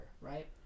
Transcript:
right